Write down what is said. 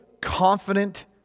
confident